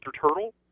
turtle